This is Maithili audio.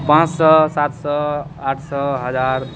पाँच सए सात सए आठ सए हजार